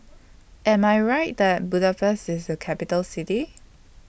Am I Right that Budapest IS A Capital City